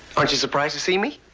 aren't you surprised to see me?